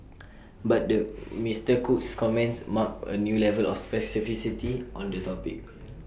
but the Mister Cook's comments marked A new level of specificity on the topic